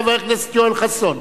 חבר הכנסת יואל חסון.